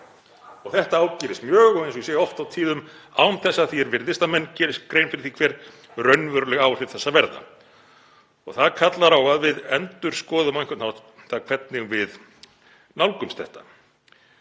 Þetta ágerðist mjög og, eins og ég segi oft og tíðum, án þess, að því er virðist, að menn geri grein fyrir því hver raunveruleg áhrif þess verða. Það kallar á að við endurskoðum á einhvern hátt hvernig við nálgumst þetta